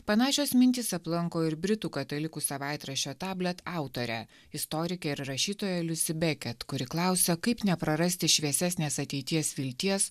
panašios mintys aplanko ir britų katalikų savaitraščio tablet autorę istorikė ir rašytoja liusi beket kuri klausė kaip neprarasti šviesesnės ateities vilties